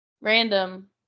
random